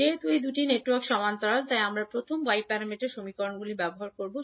যেহেতু এই 2 টি নেটওয়ার্ক সমান্তরাল তাই আমরা প্রথম y প্যারামিটার সমীকরণগুলি ব্যবহার করব